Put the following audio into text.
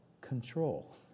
control